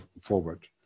forward